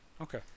Okay